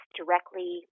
directly